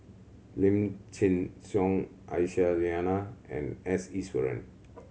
Lim Chin Siong Aisyah Lyana and S Iswaran